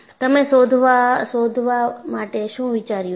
તમે શોધવાવા માટે શું વિચાર્યું છે